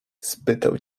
spytał